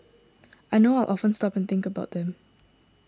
I know I'll often stop and think about them